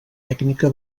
tècnica